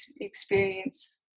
experience